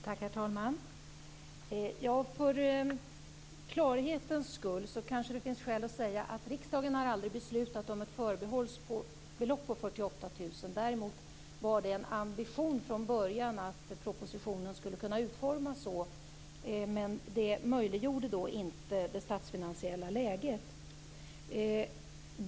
Herr talman! För klarhetens skull kanske det finns skäl att säga att riksdagen aldrig har beslutat om ett förbehållsbelopp på 48 000 kr. Däremot var det från början en ambition att propositionen skulle kunna utformas så, men det statsfinansiella läget möjliggjorde då inte detta.